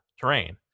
terrain